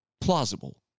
plausible